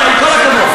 עם כל הכבוד.